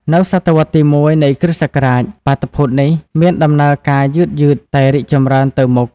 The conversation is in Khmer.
នៅសតវត្សរ៍ទី ១ នៃគ្រិស្តសករាជ បាតុភូតនេះមានដំណើរការយឺតៗតែរីកចម្រើនទៅមុខ។